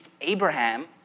Abraham